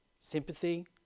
sympathy